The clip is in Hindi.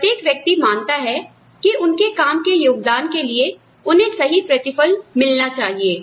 प्रत्येक व्यक्ति मानता है कि उनके काम के योगदान के लिए उन्हें सही प्रतिफल मिलना चाहिए